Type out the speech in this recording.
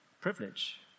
privilege